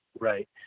Right